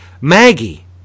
Maggie